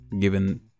given